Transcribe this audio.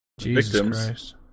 victims